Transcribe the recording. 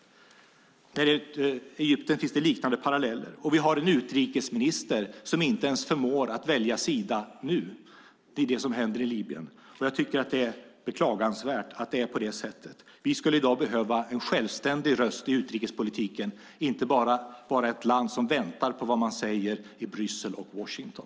I Egypten finns det liknande paralleller. Vi har en utrikesminister som inte ens nu förmår att välja sida när det gäller det som händer i Libyen. Det är beklagansvärt att det är på det sättet. Vi skulle i dag behöva en självständig röst i utrikespolitiken och inte bara vara ett land som väntar på vad man säger i Bryssel och Washington.